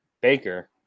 Baker